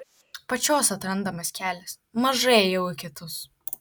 pačios atrandamas kelias mažai ėjau į kitus